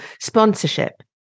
sponsorship